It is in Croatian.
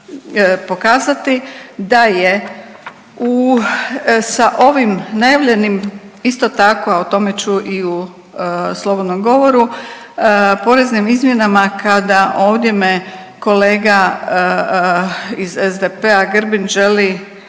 pokazati da je u, sa ovim najavljenim isto tako, a o tome ću i u slobodnom govoru, poreznim izmjenama kada ovdje me kolega iz SDP-a Grbin želi,